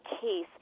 case